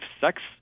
sex